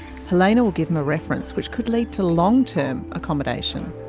helena will give him a reference which could lead to long-term accommodation.